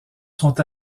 sont